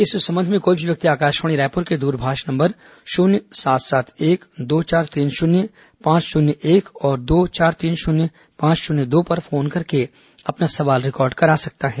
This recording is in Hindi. इस संबंध में कोई भी व्यक्ति आकाशवाणी रायपुर के द्रभाष नम्बर शून्य सात सात एक दो चार तीन शून्य पांच शून्य एक और दो चार तीन शून्य पांच शून्य दो पर फोन करके अपना सवाल रिकॉर्ड करा सकता है